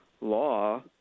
law